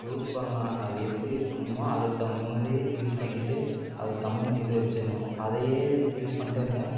use பண்ணலாம் அது எப்படி யூஸ் பண்ணுமோ அதுக்கு தகுந்தமாதிரி யூஸ் பண்ணிவிட்டு அது கம்முன்னு இது வச்சிடணும் அதையே யூஸ் பண்ணிகிட்டே இருந்தால்